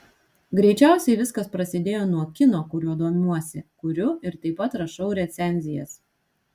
greičiausiai viskas prasidėjo nuo kino kuriuo domiuosi kuriu ir taip pat rašau recenzijas